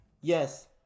Yes